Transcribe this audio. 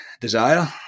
desire